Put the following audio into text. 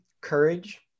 courage